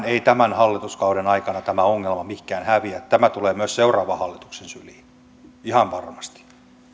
ei tämän hallituskauden aikana mihinkään häviä tämä tulee myös seuraavan hallituksen syliin ihan varmasti